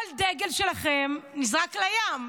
כל דגל שלכם נזרק לים.